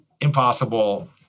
impossible